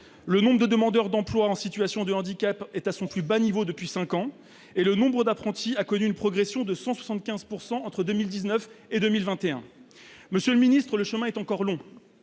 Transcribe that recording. Le nombre de demandeurs d'emploi en situation de handicap est à son plus bas niveau depuis cinq ans et le nombre d'apprentis a connu une progression de 175 % entre 2019 et 2021. Monsieur le ministre, le chemin est encore long.